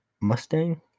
Mustang